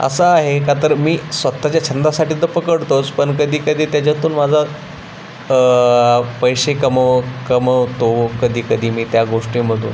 असं आहे का तर मी स्वत च्या छंदासाठी तर पकडतोच पण कधीकधी त्याच्यातून माझा पैसे कमव कमवतो कधी कधी मी त्या गोष्टीमधून